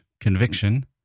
conviction